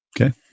Okay